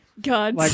God